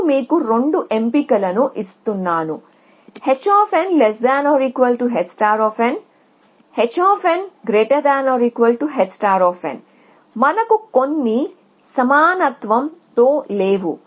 నేను మీకు రెండు ఎంపికలను ఇస్తున్నాను hh hh మనకు కొన్ని సమానత్వం తో లేవు